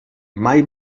mai